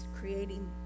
creating